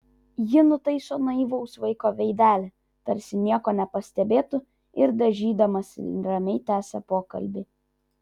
ji nutaiso naivaus vaiko veidelį tarsi nieko nepastebėtų ir dažydamasi ramiai tęsia pokalbį